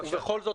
ובכל זאת,